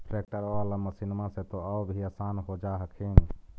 ट्रैक्टरबा बाला मसिन्मा से तो औ भी आसन हो जा हखिन?